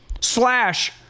Slash